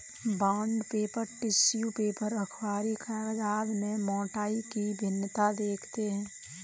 bond paper, tissue paper, अखबारी कागज आदि में मोटाई की भिन्नता देखते हैं